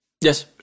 Yes